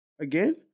Again